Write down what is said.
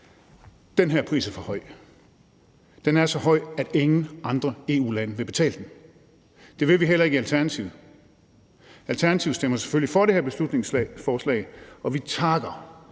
Den her pris er for høj. Den er så høj, at ingen andre EU-lande vil betale den. Det vil vi heller ikke i Alternativet. Alternativet stemmer selvfølgelig for det her beslutningsforslag, og vi takker